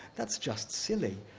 that's just silly,